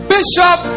Bishop